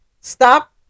stop